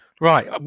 Right